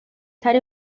estar